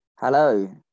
Hello